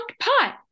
pot